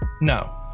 No